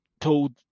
told